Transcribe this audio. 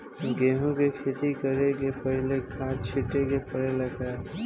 गेहू के खेती करे से पहिले खाद छिटे के परेला का?